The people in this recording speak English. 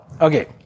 okay